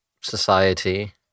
society